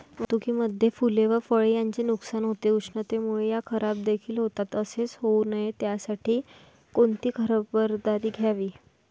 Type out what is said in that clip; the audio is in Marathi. वाहतुकीमध्ये फूले व फळे यांचे नुकसान होते, उष्णतेमुळे ते खराबदेखील होतात तसे होऊ नये यासाठी कोणती खबरदारी घ्यावी?